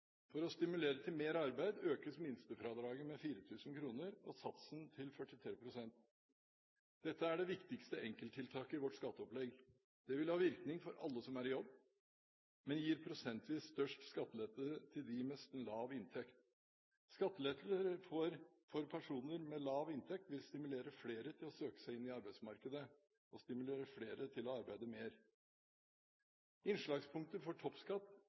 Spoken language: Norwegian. For å stimulere til mer arbeid økes minstefradraget med 4 000 kr og satsen til 43 pst. Dette er det viktigste enkelttiltaket i vårt skatteopplegg. Det vil ha virkning for alle som er i jobb, men gir prosentvis størst skattelette til dem med lav inntekt. Skatteletter for personer med lav inntekt vil stimulere flere til å søke seg inn i arbeidsmarkedet og stimulere flere til å arbeide mer. Innslagspunktet for toppskatt